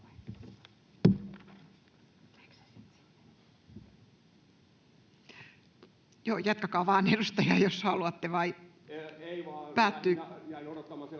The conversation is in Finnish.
Jatkakaa vain, edustaja, jos haluatte.